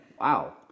Wow